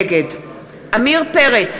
נגד עמיר פרץ,